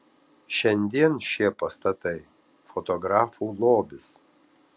šiandien šie pastatai fotografų lobis